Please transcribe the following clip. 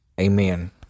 Amen